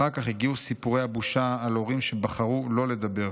אחר כך הגיעו סיפורי הבושה על הורים שבחרו לא לדבר,